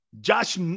Josh